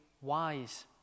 wise